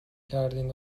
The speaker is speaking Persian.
کردین